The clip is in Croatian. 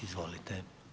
Izvolite.